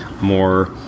more